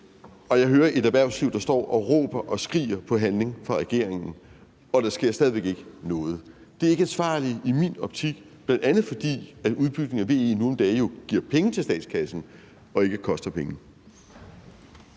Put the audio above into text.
og jeg hører et erhvervsliv, der står og råber og skriger på handling fra regeringen, og der sker stadig væk ikke noget. Det er ikke ansvarligt i min optik, bl.a. fordi udbygningen af VE jo nu om dage giver penge til statskassen og den ikke koster penge.